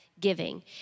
giving